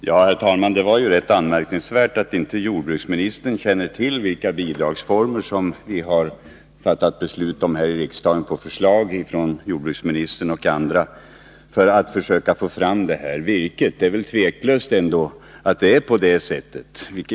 Herr talman! Det är rätt anmärkningsvärt att jordbruksministern inte känner till vilka bidragsformer som vi har fattat beslut om här i riksdagen på förslag av jordbruksministern och andra för att försöka få fram detta virke. Det är tveklöst ändå på det sättet.